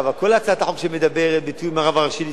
כל הצעת חוק שמדברת על תיאום עם הרב הראשי לישראל,